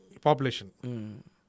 population